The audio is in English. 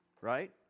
Right